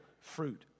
fruit